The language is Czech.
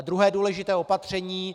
Druhé důležité opatření.